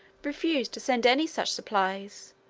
refused to send any such supplies,